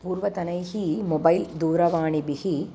पूर्वतनैः mobile दूरवाणीभिः